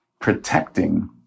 protecting